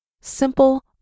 simple